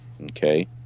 Okay